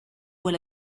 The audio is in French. voit